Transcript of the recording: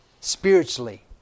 spiritually